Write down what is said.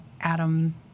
Adam